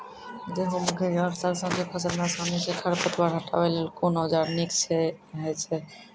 गेहूँ, मकई आर सरसो के फसल मे आसानी सॅ खर पतवार हटावै लेल कून औजार नीक है छै?